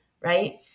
Right